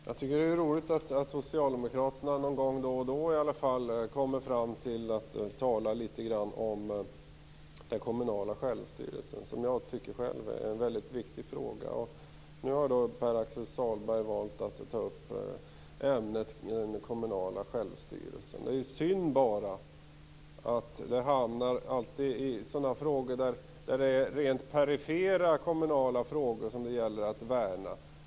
Herr talman! Det är roligt att socialdemokraterna i alla fall då och då kommer fram och talar om den kommunala självstyrelsen. Jag tycker själv att det är en väldigt viktig fråga. Nu har Pär-Axel Sahlberg valt att ta upp ämnet. Det är bara synd att det alltid gäller att värna rent perifera kommunala frågor.